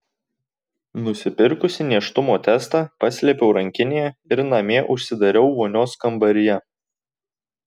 nusipirkusi nėštumo testą paslėpiau rankinėje ir namie užsidariau vonios kambaryje